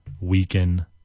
weaken